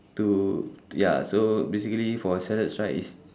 to ya so basically for salads right it's